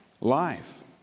Life